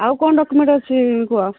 ଆଉ କଣ ଡକ୍ୟୁମେଣ୍ଟ ଅଛି କୁହ